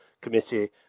committee